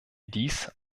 dies